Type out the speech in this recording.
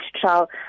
trial